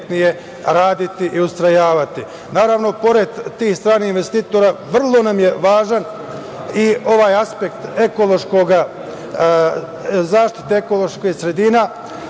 raditi i istrajavati. Naravno, pored tih stranih investitora vrlo nam je važan i ovaj aspekt zaštite ekoloških sredina